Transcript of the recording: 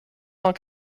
cent